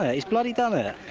ah he's bloody done it!